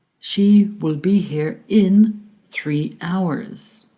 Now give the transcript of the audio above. she will be here in three hours